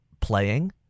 playing